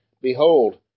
Behold